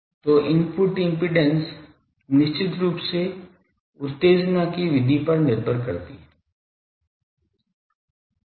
तो input impedance निश्चित रूप से उत्तेजना की विधि पर निर्भर करती है